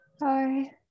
Hi